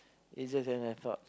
easier than I thought